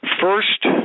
first